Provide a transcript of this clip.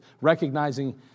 recognizing